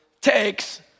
takes